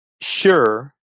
sure